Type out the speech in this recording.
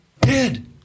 dead